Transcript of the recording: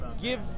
give